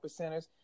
percenters